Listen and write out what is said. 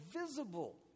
visible